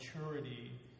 maturity